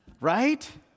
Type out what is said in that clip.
Right